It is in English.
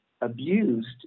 abused